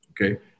okay